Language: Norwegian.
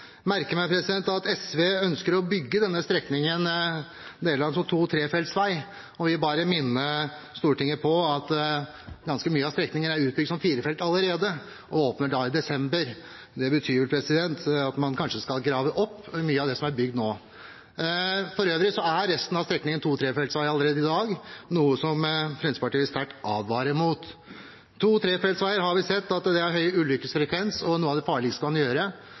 merker meg at SV ønsker å bygge deler av denne strekningen som to- og trefeltsvei. Jeg vil bare minne Stortinget om at ganske mye av strekningen er bygd ut som firefeltsvei allerede – og åpner i desember. Det betyr at man kanskje skal grave opp mye av det som er bygd nå. For øvrig er resten av strekningen to- og trefeltsvei i dag, noe som Fremskrittspartiet sterkt advarer mot. På to- og trefeltsveier har vi sett at det er høy ulykkesfrekvens og noe av det farligste man